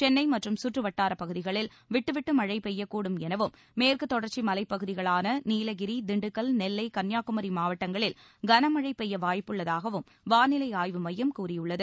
சென்னை மற்றும் சுற்று வட்டாரப்பகுதிகளில் விட்டுவிட்டு மழை பெய்யக்கூடும் எனவும் மேற்கு தொடர்ச்சி மலைப்பகுதிகளான நீலகிரி திண்டுக்கல் நெல்லை கன்னியாகுமரி மாவட்டங்களில் கனமழை பெய்ய வாய்ப்புள்ளதாகவும் வானிலை ஆய்வு மையம் கூறியுள்ளது